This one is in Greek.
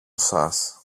σας